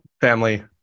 family